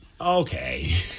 okay